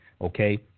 Okay